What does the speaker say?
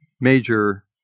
major